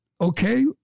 Okay